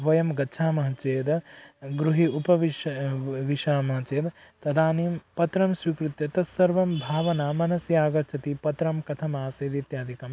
वयं गच्छामः चेद् गृहे उपविश्य उपविशामः चेद् तदानीं पत्रं स्वीकृत्य तत्सर्वं भावनां मनसि आगच्छति पत्रं कथमासीत् इत्यादिकं